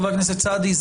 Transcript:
חה"כ סעדי,